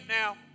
now